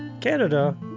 canada